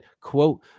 quote